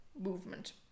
movement